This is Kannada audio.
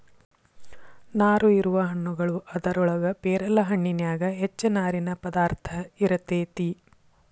ನಾರು ಇರುವ ಹಣ್ಣುಗಳು ಅದರೊಳಗ ಪೇರಲ ಹಣ್ಣಿನ್ಯಾಗ ಹೆಚ್ಚ ನಾರಿನ ಪದಾರ್ಥ ಇರತೆತಿ